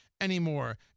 anymore